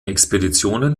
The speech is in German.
expeditionen